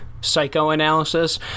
psychoanalysis